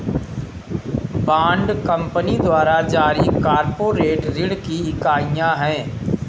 bond company द्वारा जारी corporate ऋण की इकाइयां हैं